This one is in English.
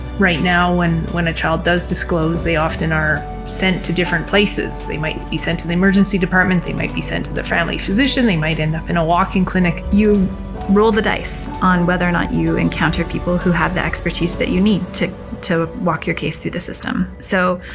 right now when when a child does disclose they often are sent to different places. they might be sent to the emergency department, they might be sent to the family physician, they might end up in a walk-in clinic. you roll the dice on whether or not you encounter people who have the expertise you need to to walk your case through the system. so,